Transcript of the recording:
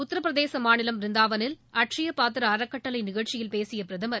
உத்தரபிரதேச மாநிலம் பிருந்தாவனில் அட்சுய பாத்திர அறக்கட்டளை நிகழ்ச்சியில் பேசிய பிரதமர்